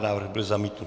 Návrh byl zamítnut.